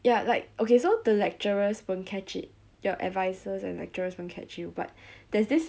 ya like okay so the lecturers won't catch it your advisers and lecturers won't catch you but there's this